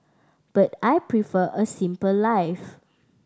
but I prefer a simple life